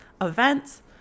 events